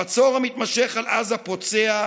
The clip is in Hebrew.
המצור המתמשך על עזה פוצע,